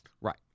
Right